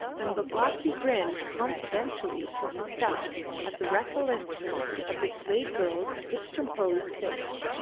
and babalatchi grinned confidentially to himself at the recollection of the slave-girl's discomposed face,